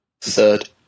Third